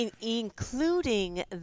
including